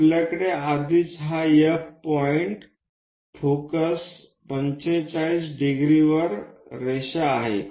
आपल्याकडे आधीच हा F बिंदू फोकस 45 डिग्री वर रेष आहे